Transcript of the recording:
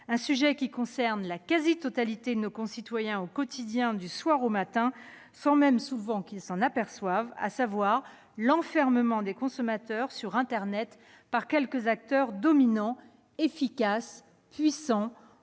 un sujet qui concerne la quasi-totalité de nos concitoyens, au quotidien, du soir au matin, sans même, souvent, qu'ils s'en aperçoivent, à savoir l'enfermement des consommateurs, sur internet, par quelques acteurs dominants, efficaces, puissants